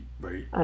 right